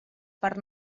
per